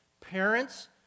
Parents